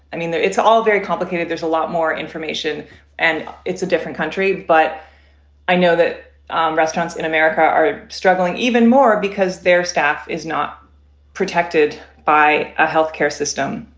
i mean, it's all very complicated. there's a lot more information and it's a different country but i know that um restaurants in america are struggling even more because their staff is not protected by a health care system.